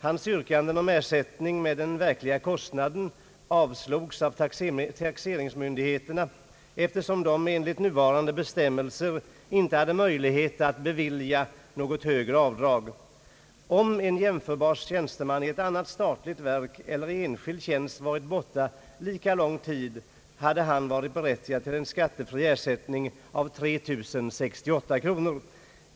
Hans yrkanden om ersättning med den verkliga kostnaden avslogs av taxeringsmyndigheterna, eftersom de enligt nuvarande bestämmelser icke hade möjlighet att bevilja något högre avdrag. Om en jämförbar tjänsteman i ett annat statligt verk eller i enskild tjänst varit borta lika lång tid, hade han varit berättigad till en skattefri ersättning av 3 068 kr.